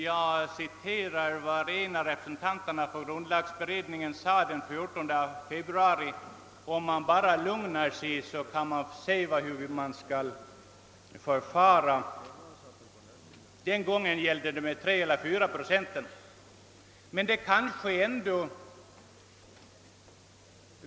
I debatten den 12 februari sade en av ledamöterna i grundlagberedningen, att om man bara lugnar sig, så får man se hur man bör förfara. Den gången gällde det fyraprocentsregeln.